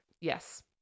yes